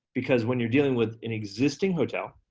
because when you're dealing with an existing hotel,